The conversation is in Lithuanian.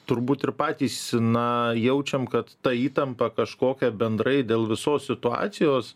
turbūt ir patys na jaučiam kad ta įtampa kažkokia bendrai dėl visos situacijos